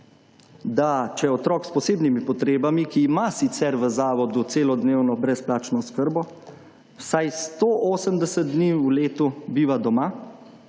da, če otrok s posebnimi potrebami, ki ima sicer v zavodu celodnevno brezplačno oskrbo, vsaj 180 dni v letu biva doma,